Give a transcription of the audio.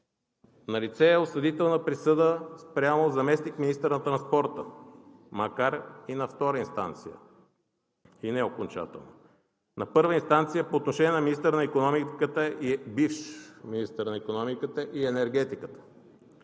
Налице е осъдителна присъда спрямо заместник-министър на транспорта, макар и на втора инстанция и неокончателно; на първа инстанция по отношение на бивш министър на икономиката и енергетиката;